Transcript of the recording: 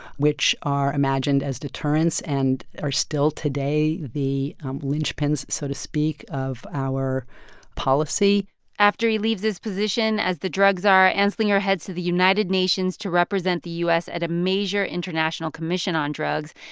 which are imagined as deterrents and are still today the linchpins, so to speak, of our policy after he leaves his position as the drug czar, anslinger heads to the united nations to represent the u s. at a major international commission on drugs.